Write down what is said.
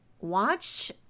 Watch